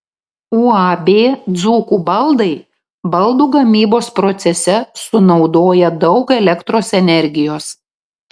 uab dzūkų baldai baldų gamybos procese sunaudoja daug elektros energijos